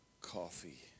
coffee